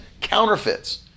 counterfeits